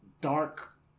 dark